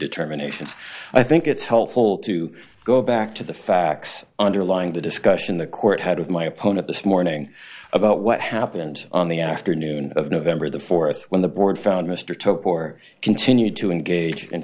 determinations i think it's helpful to go back to the facts underlying the discussion the court had with my opponent this morning about what happened on the afternoon of november the fourth when the board found mr top or continued to engage in